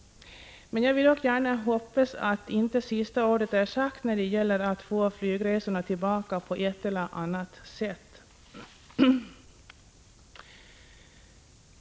Jag vill dock gärna hoppas att sista ordet inte är sagt när det gäller att få flygresorna tillbaka på ett eller annat sätt.